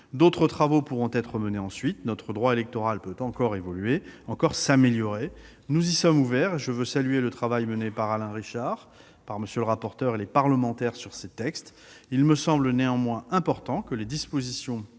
D'autres travaux pourront être menés ensuite. Notre droit électoral peut encore évoluer, encore s'améliorer. Nous y sommes ouverts et je veux saluer le travail mené par Alain Richard, M. le rapporteur et les parlementaires sur ces sujets. Il me semble néanmoins important que les dispositions